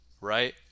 right